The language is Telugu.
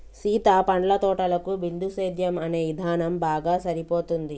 సీత పండ్ల తోటలకు బిందుసేద్యం అనే ఇధానం బాగా సరిపోతుంది